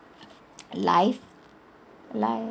life life